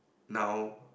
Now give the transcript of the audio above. now